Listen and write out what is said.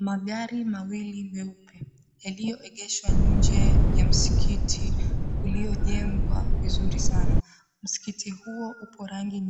Magari mawili meupe yaliyoegeshwa nje ya msikiti uliojengwa vizuri sana. Msikiti huo upo rangi